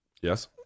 yes